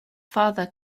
father